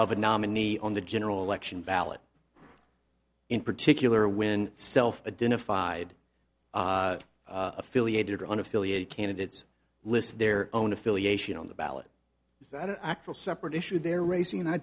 of a nominee on the general election ballot in particular when self identified affiliated or an affiliated candidates list their own affiliation on the ballot is that an actual separate issue they're racing and i